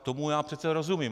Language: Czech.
Tomu já přece rozumím.